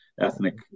ethnic